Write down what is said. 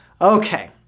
Okay